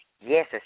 Yes